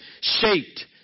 shaped